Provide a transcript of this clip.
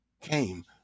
came